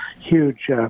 huge